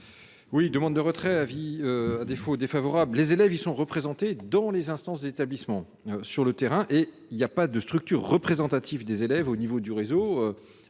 Oui, demande de retrait à vie à défaut défavorable, les élèves y sont représentés dans les instances de l'établissement sur le terrain et il y a pas de structures représentatives des élèves au niveau du réseau à